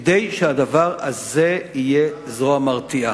כדי שהדבר הזה יהיה זרוע מרתיעה.